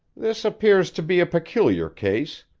this appears to be a peculiar case.